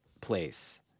place